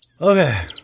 Okay